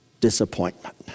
Disappointment